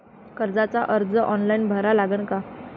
कर्जाचा अर्ज ऑनलाईन भरा लागन का?